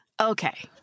okay